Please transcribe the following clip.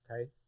Okay